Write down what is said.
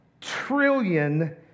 trillion